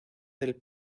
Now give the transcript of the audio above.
del